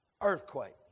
earthquake